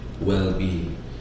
well-being